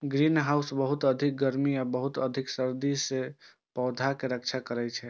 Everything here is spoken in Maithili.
ग्रीनहाउस बहुत अधिक गर्मी आ बहुत अधिक सर्दी सं पौधाक रक्षा करै छै